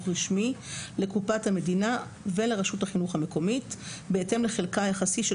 רשמי לקופת המדינה ולרשות החינוך המקומית בהתאם לחלקה היחסי של